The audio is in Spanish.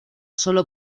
solo